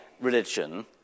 religion